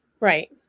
Right